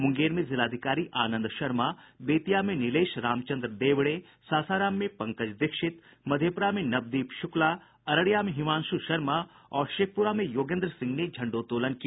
मुंगेर में जिलाधिकारी आनंद शर्मा बेतिया में निलेश रामचन्द्र देवड़े सासाराम में पंकज दीक्षित मधेप्रा में नवदीप शुक्ला अररिया में हिमांशु शर्मा और शेखपुरा में योगेन्द्र सिंह ने झंडोत्तोलन किया